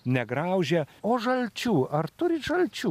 negraužia o žalčių ar turit žalčių